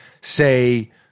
say